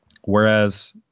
whereas